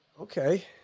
Okay